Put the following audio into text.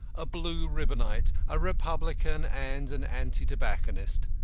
a blue ribbonite, a republican, and an anti-tobacconist.